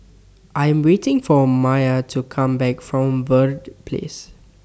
I'm waiting For Mya to Come Back from Verde Place